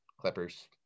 Clippers